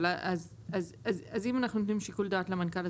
אבל אז אם אנחנו נותנים שיקול דעת למנכ"ל,